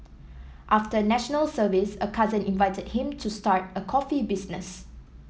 after National Service a cousin invited him to start a coffee business